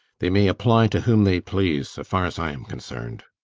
they may apply to whom they please, so far as i am concerned.